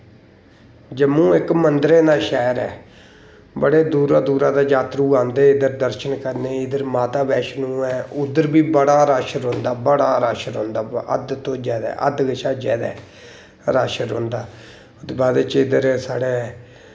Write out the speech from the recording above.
जम्मू इक मन्दरें दा शैह्र ऐ बड़े दूरा दूरा दा जात्तरू आंदे इद्धर दर्शन करने इद्धर माता बैष्णो ऐ उद्धर बी बड़ा रश रौंह्दा बड़ा रश रौंह्दा हद्द तो जादै हद्द कशा जादै रश रौंह्दा ओह्दे बाद च इद्धर साढ़ै